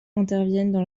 interviennent